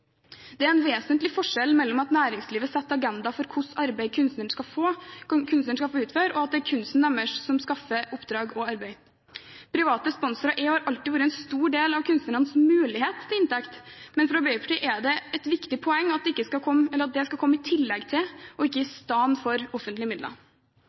Det er en vesentlig forskjell mellom at næringslivet setter agendaen for hva slags arbeid kunstneren skal få utføre, og at det er kunsten deres som skaffer oppdrag og arbeid. Private sponsorer er, og har alltid vært, en stor del av kunstnernes mulighet til inntekt, men for Arbeiderpartiet er det et viktig poeng at det skal komme i tillegg til, og ikke istedenfor, offentlige midler.